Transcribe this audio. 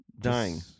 Dying